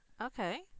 Okay